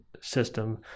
system